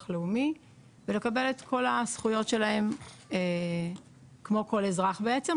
לאומי ולקבל את כל הזכויות שלהם כמו כל אזרח בעצם,